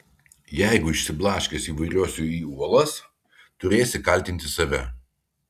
jeigu išsiblaškęs įvairuosiu į uolas turėsi kaltinti save